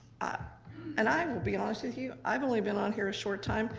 and i will be honest with you, i've only been on here a short time,